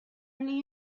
only